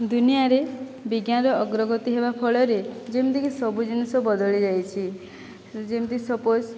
ଦୁନିଆରେ ବିଜ୍ଞାନର ଅଗ୍ରଗତି ହେବା ଫଳରେ ଯେମିତିକି ସବୁ ଜିନିଷ ବଦଳି ଯାଇଛି ଯେମିତି ସପୋଜ